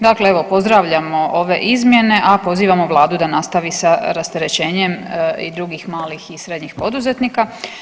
Dakle, evo pozdravljamo ove izmjene, a pozivamo Vladu da nastavi sa rasterećenjem i drugih malih i srednjih poduzetnika.